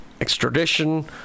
extradition